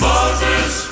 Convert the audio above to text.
Moses